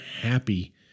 happy